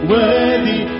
Worthy